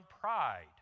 pride